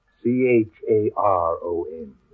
C-H-A-R-O-N